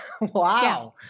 Wow